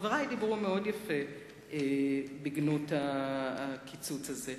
וחברי דיברו מאוד יפה בגנות הקיצוץ הזה.